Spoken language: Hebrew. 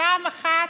פעם אחת,